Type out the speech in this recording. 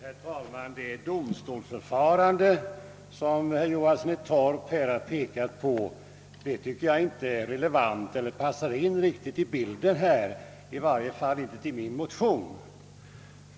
Herr talman! Det domstolsförfarande, som herr Johansson i Torp har pekat på, tycker jag inte har någon relevans i förhållande till vad som avses med min motion.